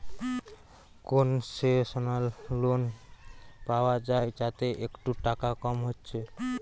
concessional loan পায়া যায় যাতে একটু টাকা কম হচ্ছে